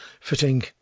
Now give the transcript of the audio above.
fitting